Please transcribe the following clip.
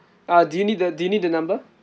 uh do you need the do you need the number